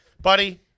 Buddy